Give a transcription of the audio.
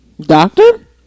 Doctor